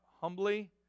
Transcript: humbly